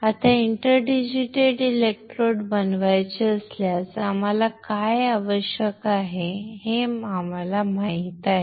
आता inter digitated इलेक्ट्रोड्सबनवायचे असल्यास आम्हाला काय आवश्यक आहे हे आम्हाला माहित आहे